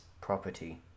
property